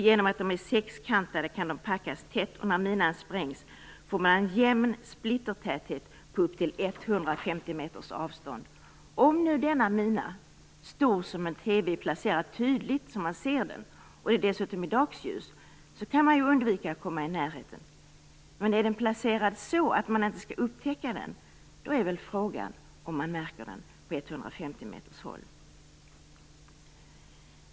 Genom att de är sexkantade kan de packas tätt, och när minan sprängs får man en jämn splittertäthet på upp till 150 meters avstånd. Om nu denna mina, stor som en TV-apparat, är placerad så att man tydligt ser den och om det dessutom är dagsljus, kan man undvika att komma i närheten av den. Men är den placerad så att man inte kan upptäcka den är väl frågan om man märker den på 150 meters håll.